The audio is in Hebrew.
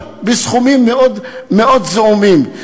אבל בסכומים מאוד מאוד זעומים.